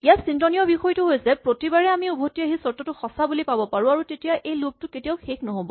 ইয়াত চিন্তনীয় বিষয়টো হৈছে প্ৰতিবাৰে আমি উভতি আহি চৰ্তটো সঁচা বুলি পাব পাৰো আৰু তেতিয়া এই লুপ টো কেতিয়াও শেষ নহ'ব